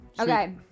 Okay